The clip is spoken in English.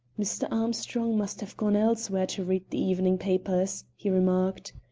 mr. armstrong must have gone elsewhere to read the evening papers, he remarked.